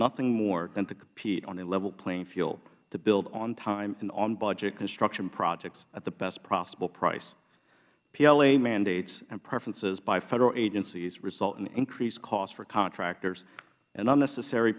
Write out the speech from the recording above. nothing more than to compete on a level playing field to build ontime and onbudget construction projects at the best possible price pla mandates and preferences by federal agencies result in increased costs for contractors and unnecessary